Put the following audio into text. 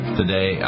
today